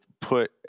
put